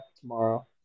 tomorrow